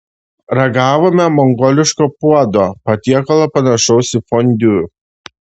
ragavome mongoliško puodo patiekalo panašaus į fondiu